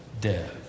death